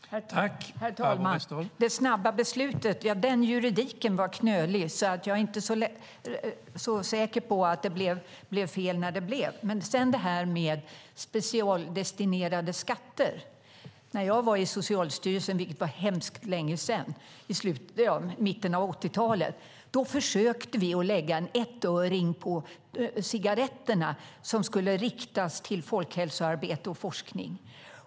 Herr talman! När det gäller det snabba beslutet - ja, den juridiken var knölig - är jag inte så säker på att det var fel när det fattades. Sedan detta med specialdestinerade skatter. När jag var på Socialstyrelsen, vilket var väldigt länge sedan, i mitten av 80-talet, försökte vi lägga en ettöring på cigaretter som skulle riktas till folkhälsoarbete och forskning.